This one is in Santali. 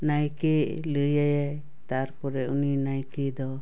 ᱱᱟᱭᱠᱮ ᱞᱟᱹᱭᱟᱭ ᱛᱟᱨᱯᱚᱨ ᱩᱱᱤ ᱱᱟᱭᱠᱮ ᱫᱚ